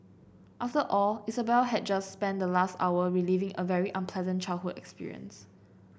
after all Isabel had just spent the last hour reliving a very unpleasant childhood experience